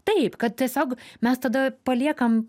taip kad tiesiog mes tada paliekam